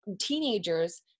teenagers